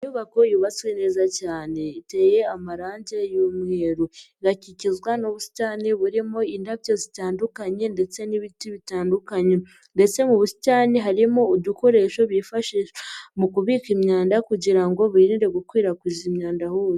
Inyubako yubatswe neza cyane, iteye amarange y'umweru, igakikizwa n'ubusitani burimo indabyo zitandukanye ndetse n'ibiti bitandukanye ndetse mu busitani harimo udukoresho bifashishs mu kubika imyanda kugira ngo birinde gukwirakwiza imyanda hose.